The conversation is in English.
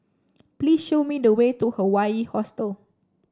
please show me the way to Hawaii Hostel